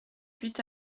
huit